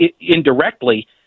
indirectly